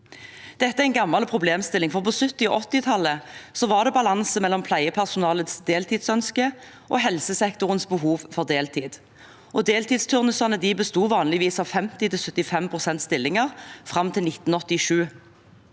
Dette er en gammel problemstilling. På 1970- og 1980-tallet var det balanse mellom pleiepersonalets deltidsønsker og helsesektorens behov for deltid. Deltidsturnusene besto vanligvis av 50–75 pst.-stillinger fram til 1987.